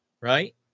Right